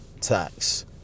tax